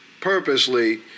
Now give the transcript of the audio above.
purposely